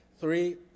three